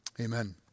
Amen